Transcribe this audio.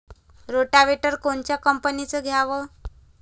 Rotavator कोनच्या कंपनीचं घ्यावं?